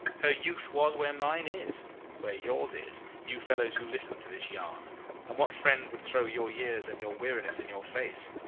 her youth was where mine is where yours is you fellows who listen to this yarn and what friend would throw your years and your weariness in your face?